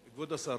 כבוד השר,